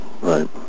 right